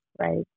Right